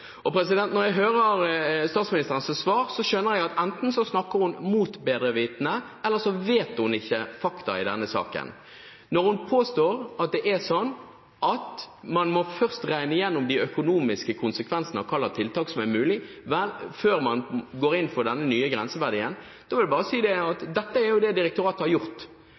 Når jeg hører statsministerens svar, forstår jeg det slik at enten snakker hun mot bedre vitende, eller så kjenner hun ikke til fakta i denne saken. Når hun påstår at man først må regne på de økonomiske konsekvensene av hva slags tiltak som er mulig, før man går inn for den nye grenseverdien, vil jeg bare si at det er dette direktoratet har gjort.